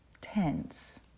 tense